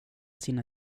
sina